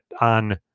on